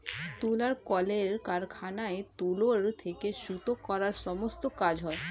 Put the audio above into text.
তুলার কলের কারখানায় তুলো থেকে সুতো করার সমস্ত কাজ হয়